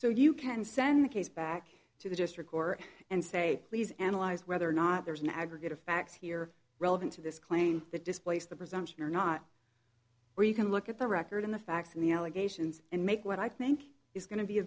so you can send the case back to the district court and say please analyze whether or not there's an aggregate of facts here relevant to this claim the displace the presumption or not or you can look at the record in the facts of the allegations and make what i think is going to be a